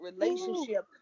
relationship